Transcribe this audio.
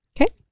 Okay